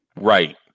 Right